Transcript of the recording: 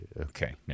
Okay